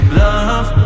love